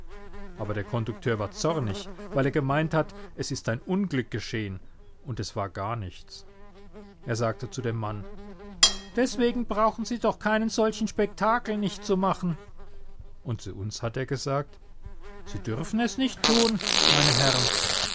aber der kondukteur war zornig weil er gemeint hat es ist ein unglück geschehen und es war gar nichts er sagte zu dem mann deswegen brauchen sie doch keinen solchen spektakel nicht zu machen und zu uns hat er gesagt sie dürfen es nicht tun meine herren